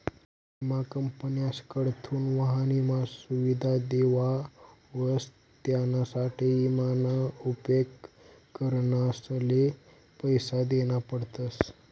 विमा कंपन्यासकडथून वाहन ईमा सुविधा देवावस त्यानासाठे ईमा ना उपेग करणारसले पैसा देना पडतस